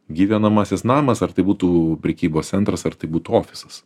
gyvenamasis namas ar tai būtų prekybos centras ar tai būtų ofisas